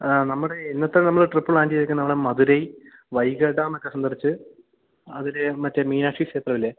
ആ നമ്മുടെ ഇന്നത്തെ നമ്മളുടെ ട്രിപ്പ് പ്ലാൻ ചെയ്തേക്കുന്ന നമ്മുടെ മധുരൈ വൈഗാ ഡാമക്കെ സന്ദർശിച്ച് അതിൽ മറ്റേ മീനാക്ഷീ ക്ഷേത്രമില്ലേ